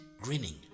grinning